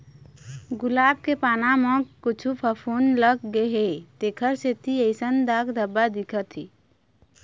गुलाब के पाना म कुछु फफुंद लग गे हे तेखर सेती अइसन दाग धब्बा दिखत हे